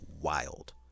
wild